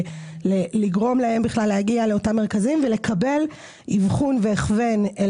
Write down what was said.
לגרום להם להגיע לאותם מרכזים ולקבל אבחון והכוון אל